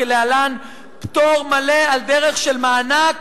כלהלן: פטור מלא על דרך של מענק